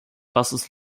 buses